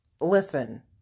listen